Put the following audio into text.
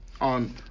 on